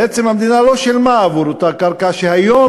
בעצם המדינה לא שילמה עבור אותה קרקע שהיום